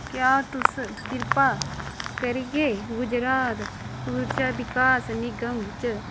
क्या तुस किरपा करियै गुजरात उर्जा विकास निगम च